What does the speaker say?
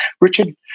Richard